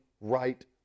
right